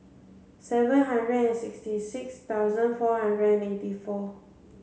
seven hundred and sixty six thousand four hundred and eighty four